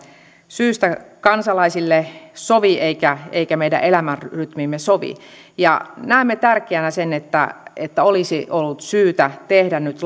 syystä kansalaisille sovi eikä meidän elämänrytmiimme sovi näemme tärkeänä sen että olisi ollut syytä tehdä nyt